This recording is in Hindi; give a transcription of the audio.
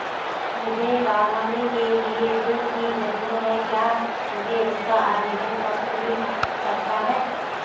मुझे बागवानी के लिए ऋण की ज़रूरत है क्या मुझे इसका आवेदन पत्र मिल सकता है?